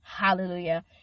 hallelujah